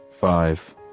five